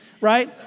right